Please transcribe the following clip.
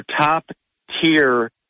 top-tier